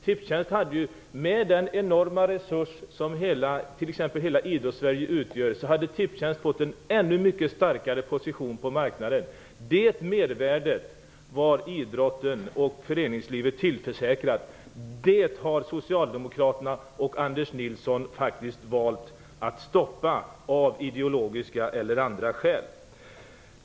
Tipstjänst hade, med den enorma resurs som t.ex. hela Idrottssverige utgör, fått en mycket starkare position på marknaden. Det mervärdet var idrotten och föreningslivet tillförsäkrat. Detta har socialdemokraterna och Anders Nilsson faktiskt valt att stoppa av ideologiska eller av andra skäl.